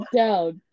down